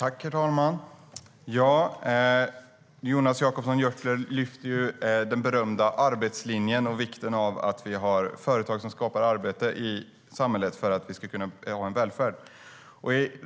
Herr talman! Jonas Jacobsson Gjörtler lyfter fram den berömda arbetslinjen och vikten av att vi har företag som skapar arbete i samhället för att vi ska kunna ha en välfärd.